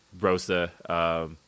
Rosa